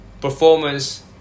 performance